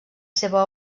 seva